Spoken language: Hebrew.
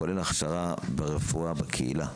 כולל הכשרה ברפואה בקהילה.